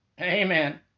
Amen